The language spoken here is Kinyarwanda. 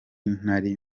ntari